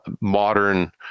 modern